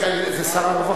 השר,